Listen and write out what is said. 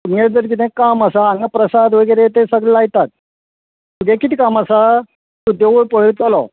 तुमगें जर किदें काम आसा हांगा प्रसाद वगेरे ते सगले लायतात तुगें कित काम आसा तूं देवूळ पळयतलो